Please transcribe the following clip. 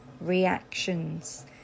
reactions